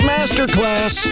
Masterclass